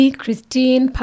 Christine